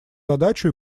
задачу